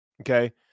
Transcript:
Okay